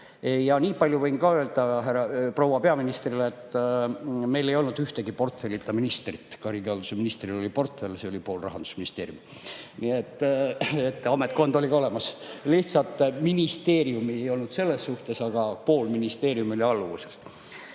Niipalju võin ka öelda proua peaministrile, et meil ei olnud ühtegi portfellita ministrit, ka riigihalduse ministril oli portfell, see oli pool Rahandusministeeriumi. Nii et ametkond oli olemas, lihtsalt ministeeriumi ei olnud, aga pool ministeeriumi oli tema alluvuses.